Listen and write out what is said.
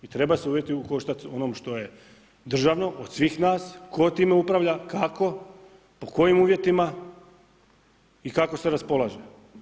I treba se ... u koštac onom što je državno od svih nas, tko time upravlja, kako, pod kojim uvjetima i kako se raspolaže.